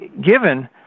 given